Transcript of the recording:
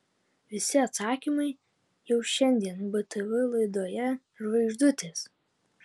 visi atsakymai jau šiandien btv laidoje žvaigždutės